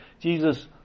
Jesus